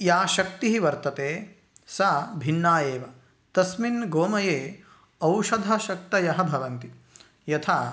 या शक्तिः वर्तते सा भिन्ना एव तस्मिन् गोमये औषधशक्तयः भवन्ति यथा